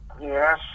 Yes